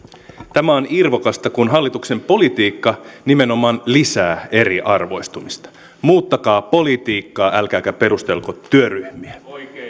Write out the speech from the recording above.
tämä on irvokasta kun hallituksen politiikka nimenomaan lisää eriarvoistumista muuttakaa politiikkaa älkääkä perusteltu työryhmiä